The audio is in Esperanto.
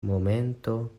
momento